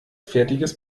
fertiges